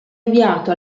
avviato